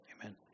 amen